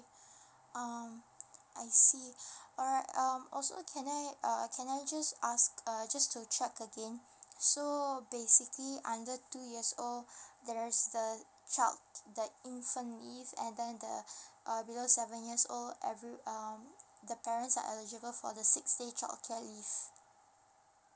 um I see alright um also can I uh can I just ask uh just to check again so basically under two years old there's the child the infant leave and then the uh below seven years old every um the parents are eligible for the six day childcare leave